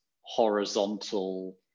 horizontal